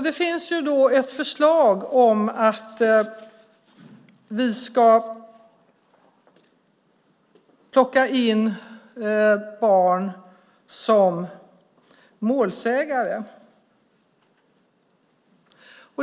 Det finns ett förslag om att vi ska plocka in barnen som målsägare.